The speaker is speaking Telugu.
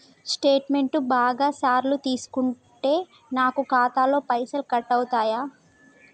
స్టేట్మెంటు బాగా సార్లు తీసుకుంటే నాకు ఖాతాలో పైసలు కట్ అవుతయా?